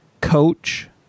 coach